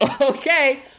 Okay